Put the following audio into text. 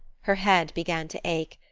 her head began to ache,